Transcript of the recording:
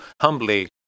humbly